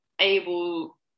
able